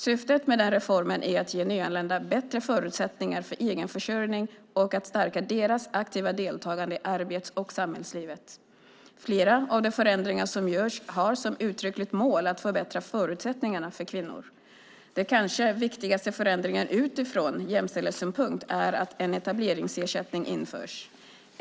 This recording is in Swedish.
Syftet med den reformen är att ge nyanlända bättre förutsättningar för egenförsörjning och att stärka deras aktiva deltagande i arbets och samhällslivet. Flera av de förändringar som görs har som uttryckligt mål att förbättra förutsättningarna för kvinnor. Den kanske viktigaste förändringen utifrån jämställdhetssynpunkt är att en etableringsersättning införs.